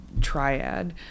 triad